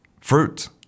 fruit